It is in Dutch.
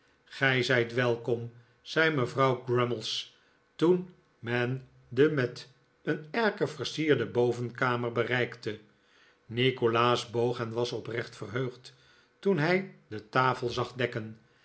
gij zijt welkom zei mevrouw crummies toen men de met een erker versierde bovenvoorkamer bereikte nikolaas boog en was oprecht verheugd toen hij de tafel zag dekken